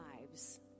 lives